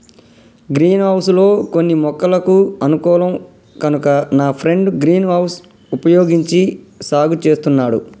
green house లో కొన్ని మొక్కలకు అనుకూలం కనుక నా ఫ్రెండు గ్రీన్ హౌస్ వుపయోగించి సాగు చేస్తున్నాడు